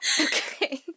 okay